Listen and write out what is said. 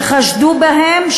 שחשדו בהם,